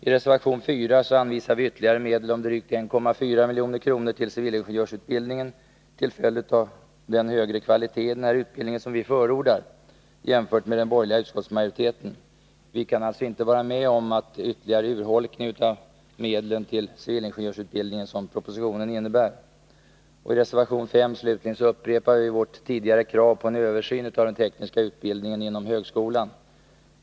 I reservation 4 anvisar vi ytterligare medel om drygt 1,4 milj.kr. till civilingenjörsutbildningen till följd av den högre kvalitet i denna utbildning som vi förordar jämfört med den borgerliga utskottsmajoriteten. Vi kan inte vara med om den ytterligare urholkning av medlen till civilingenjörsutbildningen som propositionen innebär. I reservation 5, slutligen, upprepade vi vårt tidigare krav på en översyn av den tekniska utbildningen inom högskolan.